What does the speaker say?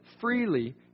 freely